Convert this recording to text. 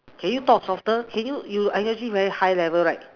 can you talk softer can you you are actually very high level right